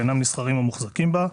ואינם נסחרים או מוחזקים בה.